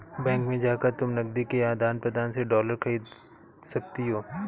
bank में जाकर तुम नकदी के आदान प्रदान से डॉलर खरीद सकती हो